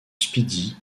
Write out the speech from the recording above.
speedy